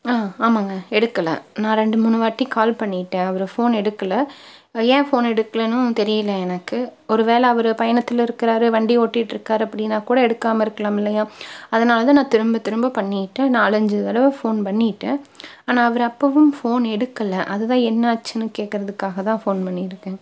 ஆ ஆமாங்க எடுக்கலை நான் ரெண்டு மூணுவாட்டி கால் பண்ணிட்டேன் அவர் ஃபோன் எடுக்கலை ஏன் ஃபோன் எடுக்கலைனு தெரியலை எனக்கு ஒருவேளை அவர் பயணத்தில் இருக்கிறாரு வண்டி ஓட்டிகிட்டு இருக்கார் அப்படினாகூட எடுக்காமல் இருக்கலாமில்லையா அதனால் தான் நான் திரும்ப திரும்ப பண்ணிட்டு நாலஞ்சு தடவை ஃபோன் பண்ணிட்டேன் ஆனால் அவர் அப்பவும் ஃபோன் எடுக்கலை அதுதான் என்ன ஆச்சுனு கேட்குறதுக்காக தான் ஃபோன் பண்ணியிருக்கேன்